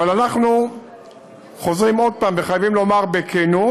אבל אנחנו חוזרים עוד פעם וחייבים לומר בכנות